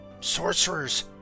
Sorcerers